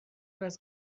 است